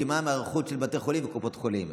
כי מה עם ההיערכות של בתי חולים וקופות חולים?